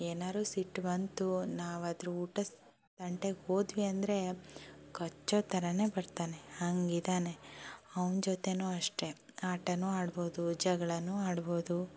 ಏನಾದ್ರು ಸಿಟ್ಟು ಬಂತು ನಾವು ಅದ್ರ ಊಟ ಸ್ ತಂಟೆಗೆ ಹೋದ್ವಿ ಅಂದರೆ ಕಚ್ಚೋ ಥರನೆ ಬರ್ತಾನೆ ಹಾಗಿದಾನೆ ಅವ್ನ ಜೊತೆನೂ ಅಷ್ಟೇ ಆಟಾನೂ ಆಡ್ಬೋದು ಜಗ್ಳಾನೂ ಆಡ್ಬೋದು